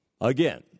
again